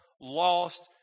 lost